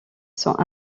sont